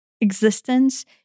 existence